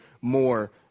more